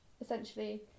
essentially